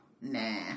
nah